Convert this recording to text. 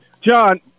John